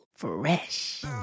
Fresh